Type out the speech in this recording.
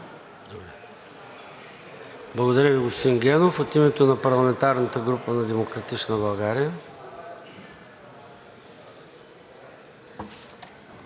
Благодаря Ви, господин Дечев. От името на парламентарната група на „Демократична България“.